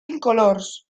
incolors